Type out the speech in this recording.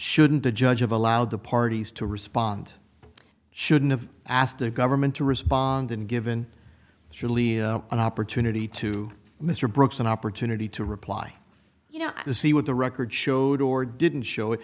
shouldn't the judge of allowed the parties to respond shouldn't have asked the government to respond and given julian an opportunity to mr brooks an opportunity to reply you know to see what the record showed or didn't show